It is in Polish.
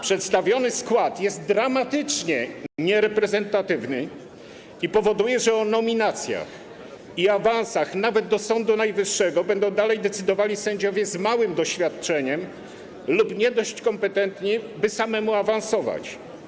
Przedstawiony skład jest dramatycznie niereprezentatywny i powoduje, że o nominacjach i awansach nawet do Sądu Najwyższego będą dalej decydowali sędziowie z małym doświadczeniem lub nie dość kompetentni, by samemu awansować.